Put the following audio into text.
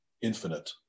infinite